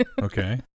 okay